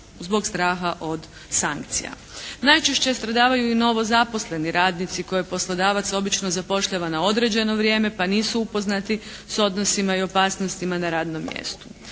zbog straha od sankcija. Najčešće stradavaju i novozaposleni radnici koje poslodavac obično zapošljava na određeno vrijeme pa nisu upoznati s odnosima i opasnostima na radnom mjestu.